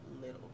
little